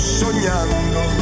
sognando